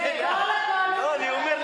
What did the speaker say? אני אומר,